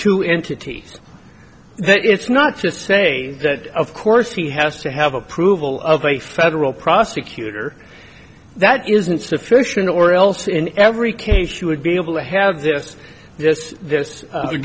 two entities that it's not just say that of course he has to have approval of a federal prosecutor that isn't sufficient or else in every case you would be able to have this this th